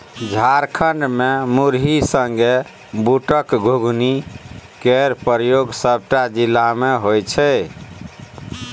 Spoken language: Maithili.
झारखंड मे मुरही संगे बुटक घुघनी केर प्रयोग सबटा जिला मे होइ छै